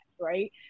right